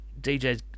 DJ's